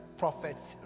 prophet's